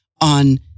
on